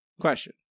question